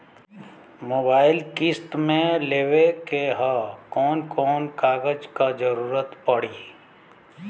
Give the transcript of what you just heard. Mobile किस्त मे लेवे के ह कवन कवन कागज क जरुरत पड़ी?